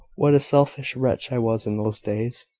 what a selfish wretch i was in those days!